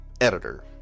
editor